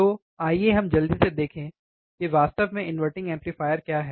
तो आइए हम जल्दी से देखें कि वास्तव में इन्वर्टिंग एम्पलीफायर क्या है